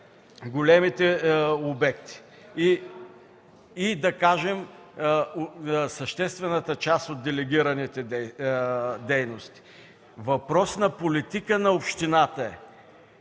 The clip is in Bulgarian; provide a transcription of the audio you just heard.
големите обекти и да кажем съществената част от делегираните дейности. Въпрос на политика на общината е